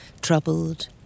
troubled